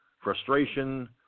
frustration